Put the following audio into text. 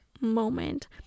moment